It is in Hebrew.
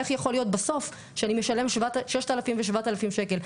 איך יכול להיות בסוף שאני משלם 6,000 ו-7,000 שקל,